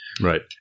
Right